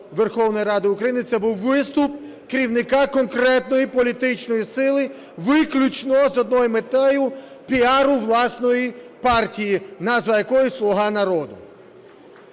Верховної Ради України - це був виступ керівника конкретної політичної сили виключно з однією метою: піару власної партії, назва якої "Слуга народу".